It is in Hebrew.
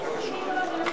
מי נמנע?